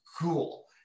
cool